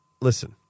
listen